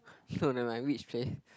hmm never mind which place